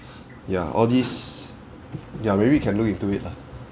ya all this ya maybe you can look into it lah